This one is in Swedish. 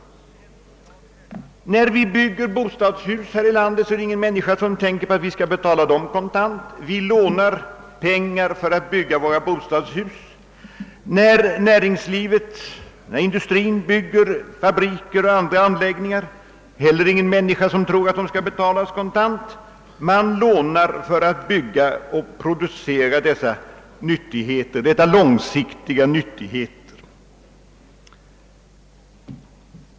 Och när vi bygger bostadshus här i landet är det ingen människa som förutsätter att vi skall betala dem kontant. Vi lånar pengar för att bygga dem. När industrin och näringslivet i övrigt bygger fabriker och andra anläggningar är det heller ingen som tror att de skall betalas kontant. Man lånar för att producera dessa långsiktiga nyttigheter.